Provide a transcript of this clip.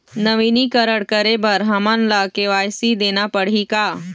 नवीनीकरण करे बर हमन ला के.वाई.सी देना पड़ही का?